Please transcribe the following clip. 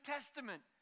Testament